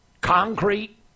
concrete